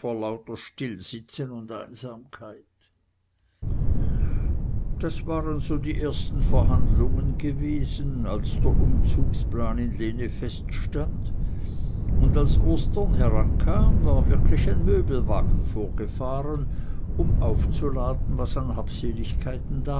lauter stillsitzen und einsamkeit das waren so die ersten verhandlungen gewesen als der umzugsplan in lene feststand und als ostern herankam war wirklich ein möbelwagen vorgefahren um aufzuladen was an